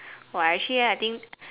!wah! actually ah I think